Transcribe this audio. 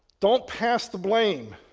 don't pass the blame.